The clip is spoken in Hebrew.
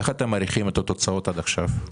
איך אתם מעריכים את התוצאות עד עכשיו?